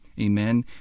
Amen